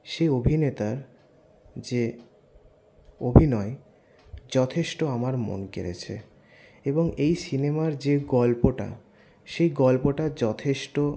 সে অভিনেতার যে অভিনয় যথেষ্ট আমার মন কেড়েছে এবং এই সিনেমার যে গল্পটা সেই গল্পটা যথেষ্ট